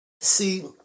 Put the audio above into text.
see